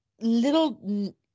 little